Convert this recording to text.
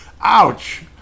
Ouch